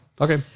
Okay